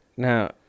Now